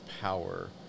power